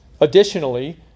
Additionally